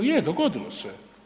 Je dogodilo se.